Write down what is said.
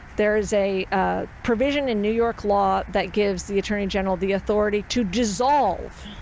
there is a ah provision in new york law that gives the attorney general the authority to dissolve